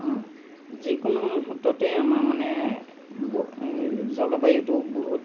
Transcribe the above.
যিকোনো মুহূৰ্ততে আমাৰ মানে ব জলবায়ুটো বহুত